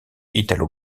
italo